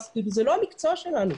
זה לא המקצוע שלנו,